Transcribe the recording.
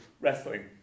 wrestling